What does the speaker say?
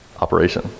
operation